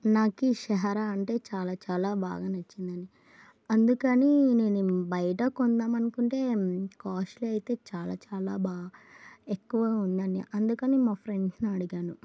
నాకు ఈ షహార అంటే చాలా చాలా బాగా నచ్చిందని అందుకని నేను బయట కొందామనుకుంటే కాస్ట్లీ అయితే చాలా చాలా బా ఎక్కువగా ఉందండి అందుకని మా ఫ్రెండ్స్ని అడిగాను